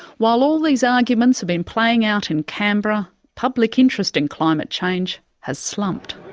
while all these arguments have been playing out in canberra, public interest in climate change has slumped.